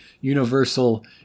universal